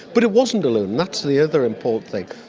but it wasn't alone, that's the other important thing.